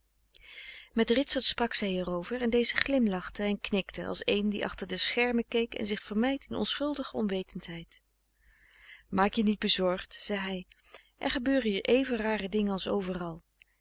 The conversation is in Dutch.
met ritsert sprak zij hierover en deze glimlachte en knikte als een die achter de schermen keek en zich vermeit in onschuldige onwetendheid maak je niet bezorgd zei hij er gebeuren hier even rare dingen als overal